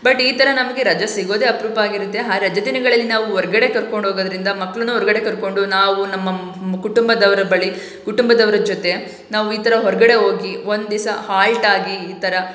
but ಈ ಥರ ನಮಗೆ ರಜೆ ಸಿಗೋದೇ ಅಪರೂಪ ಆಗಿರುತ್ತೆ ಆ ರಜಾದಿನಗಳಲ್ಲಿ ನಾವು ಹೊರ್ಗಡೆ ಕರ್ಕೊಂಡು ಹೋಗೋದ್ರಿಂದ ಮಕ್ಳನ್ನು ಹೊರ್ಗಡೆ ಕರ್ಕೊಂಡು ನಾವು ನಮ್ಮ ಮ್ ಕುಟುಂಬದವರ ಬಳಿ ಕುಟುಂಬದವರ ಜೊತೆ ನಾವು ಈ ಥರ ಹೊರಗಡೆ ಹೋಗಿ ಒಂದಿವ್ಸ ಹಾಲ್ಟ್ ಆಗಿ ಈ ಥರ